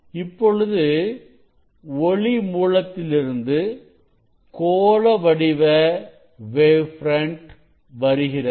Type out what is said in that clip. இப்பொழுது ஒளி மூலத்திலிருந்து கோள வடிவ வேவ் ஃப்ரண்ட் வருகிறது